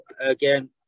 again